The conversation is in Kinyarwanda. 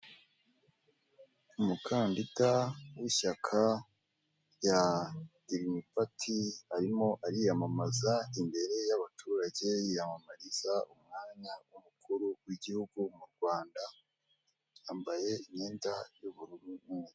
Ubwoko bw'amafaranga atandukanye kandi abarwa bitandukanye birimo biragaragara ko ari amafaranga yo mu bihugu bitandukanye rero buri gihugu kiba kigiye gifite amafaranga gikoresha amafaranga kandi ni meza kuko akora ibintu byinshi bitandukanye mirongo inani kwi ijana muri ubu buzima ni amafaranga cyane cyane ko usigaye ajya no kwa muganga mbere yuko uvurwa bikagusaba kubanza kwishyura nibwo uhita umenya akamaro k'amafaranga